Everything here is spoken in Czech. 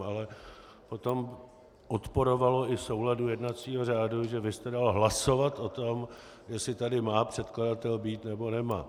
Ale potom odporovalo i souladu jednacího řádu, že vy jste dal hlasovat o tom, jestli tady má předkladatel být, nebo nemá.